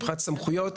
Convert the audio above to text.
מבחינת סמכויות,